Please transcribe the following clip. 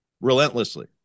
relentlessly